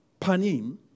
panim